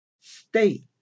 State